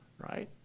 right